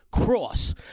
cross